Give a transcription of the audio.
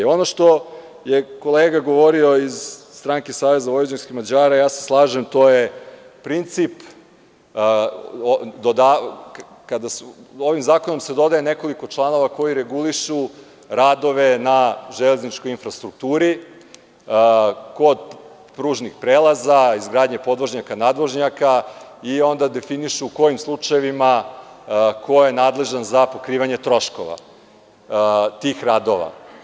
Ono što je kolega govorio iz stranke Saveza vojvođanskih Mađara, ja se slažem, to je princip, ovim zakonom se dodaje nekoliko članova koji regulišu radove na železničkoj infrastrukturi kod pružnih prelaza, izgradnje podvožnjaka, nadvožnjaka i onda definišu kojim slučajevima, ko je nadležan za pokrivanje troškova tih radova.